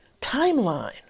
timeline